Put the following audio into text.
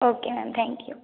okay ma'am thank you